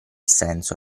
senso